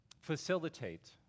facilitate